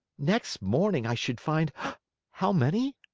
next morning i should find how many?